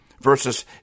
versus